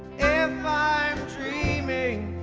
if i'm dreaming